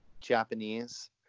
japanese